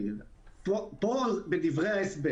דבר ההסבר